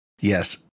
Yes